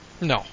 No